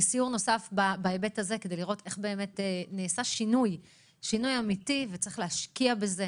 לסיור נוסף בהיבט הזה כדי לראות איך נעשה שינוי אמיתי וצריך להשקיע בזה